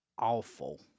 awful